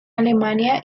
alemania